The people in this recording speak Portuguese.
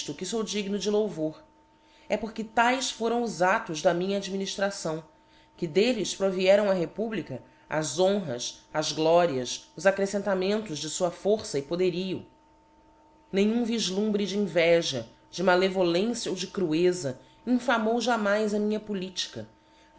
fou digno de louvor é porque taes foram os aílos da minha adminiftração que delles provieram á republica as honras as glorias os accrefcentamentos de fua força e poderio nenhum viflumbre de inveja de malevolencia ou de crueza infamou jamais a minha politica